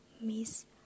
Miss